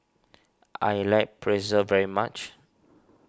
I like Pretzel very much